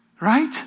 right